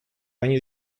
regno